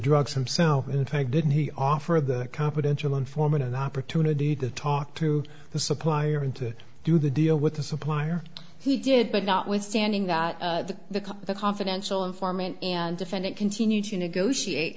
drugs himself in fact didn't he offered the confidential informant an opportunity to talk to the supplier and to do the deal with the supplier he did but notwithstanding that the cop the confidential informant and defendant continue to negotiate